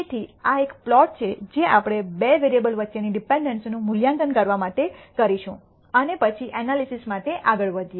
તેથી આ એક પ્લોટ છે જે આપણે બે વેરિયેબલ વચ્ચેની ડિપેન્ડન્સીનું મૂલ્યાંકન કરવા માટે કરીશું અને પછી એનાલિસિસ માટે આગળ વધીએ